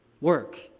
work